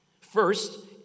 First